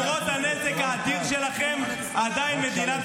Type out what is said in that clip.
גם לפיד חתם על הסכמים, נכון?